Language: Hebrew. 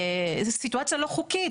באיזו סיטואציה לא חוקית.